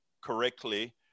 correctly